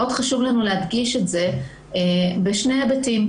מאוד חשוב לנו להדגיש את זה בשני היבטים.